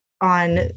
on